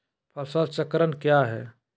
फसल चक्रण क्या है?